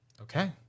Okay